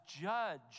judge